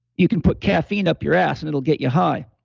you can put caffeine up your ass and it'll get you high.